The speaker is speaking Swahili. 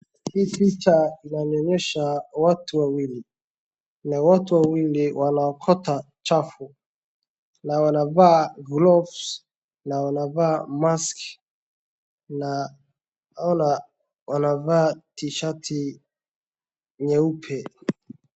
Hii picha inanionesha watu wawili. Na watu wawili wanakota chafu na wanavaa gloves na wanavaa mask na wana wanavaa tishati nyeupe.